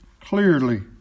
clearly